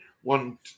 one